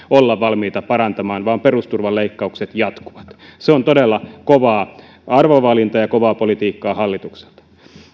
olla valmiita parantamaan vaan perusturvan leikkaukset jatkuvat se on todella kova arvovalinta ja kovaa politiikkaa hallitukselta